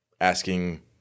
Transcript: asking